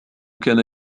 كان